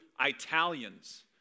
Italians